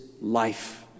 life